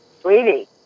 sweetie